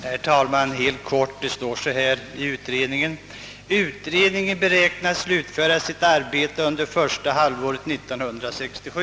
Herr talman! Det står i riksdagsberättelsen att arbetet beräknas vara slutfört under första halvåret 1967.